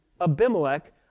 Abimelech